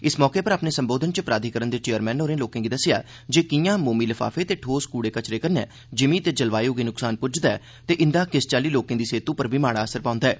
इस मौके उप्पर अपने संबोधन च प्राधिकरण दे चेयरमैन होरें लोकें गी दस्सेआ जे किआं मोमी लफाफें ते ठोस कूड़े कर्कट कन्नै जिमीं ते जलवायु गी नुक्सान पुज्जदा ऐ ते इंदा किस चाल्ली लोकें दी सेहतु पर बी माड़ा असर पौंदा ऐ